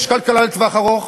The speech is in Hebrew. יש כלכלה לטווח ארוך.